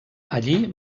allí